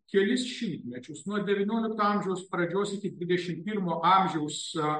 kelis šimtmečius nuo devyniolikto amžiaus pradžios iki dvidešimt pirmo amžiaus